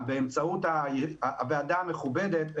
באמצעות הוועדה המכובדת,